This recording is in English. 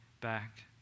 back